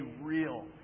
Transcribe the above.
real